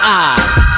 eyes